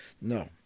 No